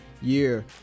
year